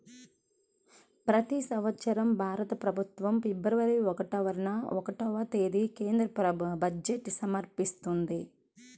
ప్రతి సంవత్సరం భారత ప్రభుత్వం ఫిబ్రవరి ఒకటవ తేదీన కేంద్ర బడ్జెట్ను సమర్పిస్తది